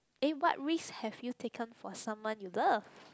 eh what risk have you taken for someone you love